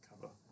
cover